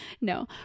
No